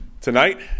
tonight